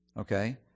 okay